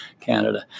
Canada